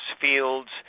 fields